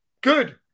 good